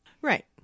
right